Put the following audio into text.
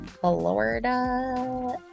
Florida